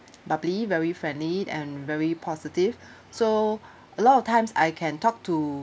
bubbly very friendly and very positive so a lot of times I can talk to